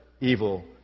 evil